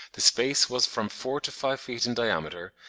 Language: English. the space was from four to five feet in diameter,